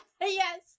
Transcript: yes